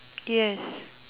yes